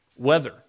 weather